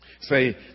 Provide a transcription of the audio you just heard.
say